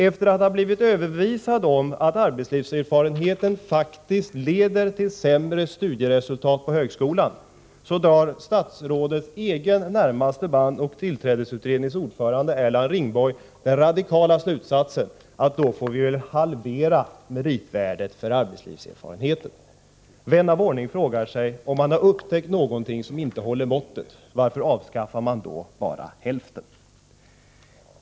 Efter att ha blivit överbevisad om att arbetslivserfarenheten faktiskt leder till sämre studieresultat i högskolan drar statsrådets egen närmaste man och tillträdesutredningens ordförande Erland Ringborg den radikala slutsatsen: Då får vi halvera meritvärdet för arbetslivserfarenheten. Vän av ordning frågar sig: Om man har upptäckt någonting som inte håller måttet, varför avskaffar man då bara hälften?